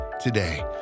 today